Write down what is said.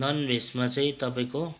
non भेजमा चाहिँ तपाईँको